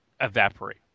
evaporate